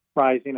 rising